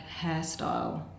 hairstyle